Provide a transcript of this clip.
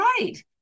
right